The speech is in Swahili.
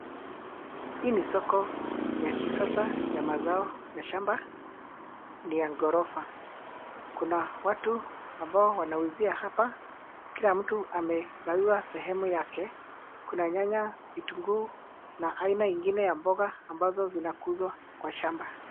Hii ni soko ya kisasa ya mazao ya shamba. Ni ya ghorofa. Kuna watu ambao wanauzia hapa. Kila mtu amegawiwa sehemu yake. Kuna nyaya, vitunguu na aina ingine ya mboga ambazo zinakuzwa kwa shamba.